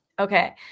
Okay